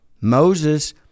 moses